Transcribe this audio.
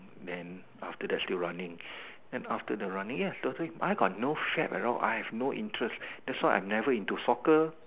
then after that still running then after the running ya totally I've got no fab at all I have no interest that's why I'm never into soccer